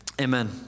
amen